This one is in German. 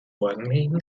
morgendlichen